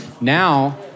now